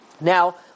Now